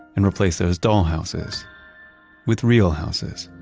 and replace those dollhouses with real houses